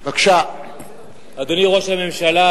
אדוני ראש הממשלה,